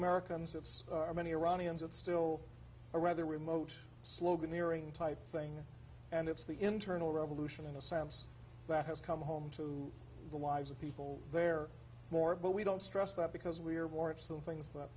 americans it's our many iranians it's still a rather remote sloganeering type thing and it's the internal revolution in a sense that has come home to the lives of people there more but we don't stress that because we are